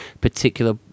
particular